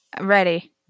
Ready